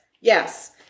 Yes